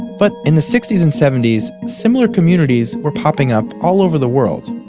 but in the sixty s and seventy s, similar communities were popping up all over the world.